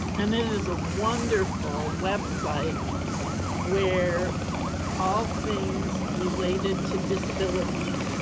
and it is a wonderful website where all things related to disability